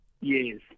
Yes